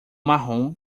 marrom